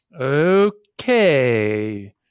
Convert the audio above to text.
Okay